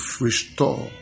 restore